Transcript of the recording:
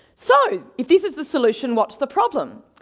so, if this is the solution, what's the problem?